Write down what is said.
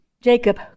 Jacob